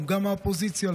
גם מהאופוזיציה,